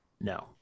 No